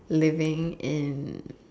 living in